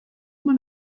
man